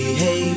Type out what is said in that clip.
hey